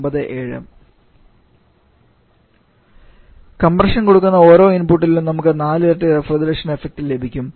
97 𝑊𝐶 compression കൊടുക്കുന്ന ഓരോ ഇൻപുട്ട്ലും നമുക്ക് നാലിരട്ടി റഫ്രിജറേഷൻഎഫക്റ്റ് ലഭിക്കും